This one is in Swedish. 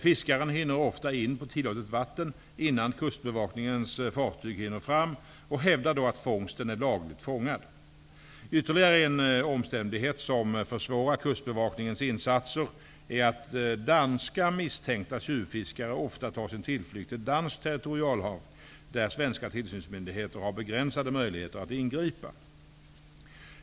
Fiskaren hinner ofta in på tillåtet vatten innan Kustbevakningens fartyg hinner fram och hävdar då att fångsten är lagligt fångad. Ytterligare en omständighet som försvårar Kustbevakningens insatser är att danska misstänkta tjuvfiskare ofta tar sin tillflykt till danskt territorialhav där svenska tillsynsmyndigheter har begränsade möjligheter att ingripa.